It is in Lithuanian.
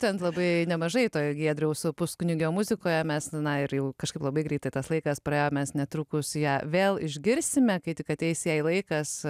ten labai nemažai toje giedriaus puskunigio muzikoje mes na ir kažkaip labai greitai tas laikas praėjo mes netrukus ją vėl išgirsime kai tik ateis jai laikas